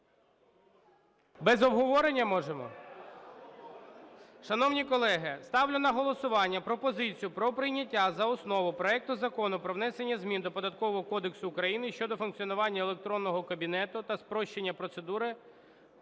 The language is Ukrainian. Без обговорення можемо? Шановні колеги, ставлю на голосування пропозицію про прийняття за основу проект Закону про внесення змін до Податкового кодексу України щодо функціонування електронного кабінету та спрощення роботи